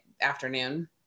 afternoon